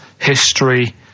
history